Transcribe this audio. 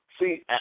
see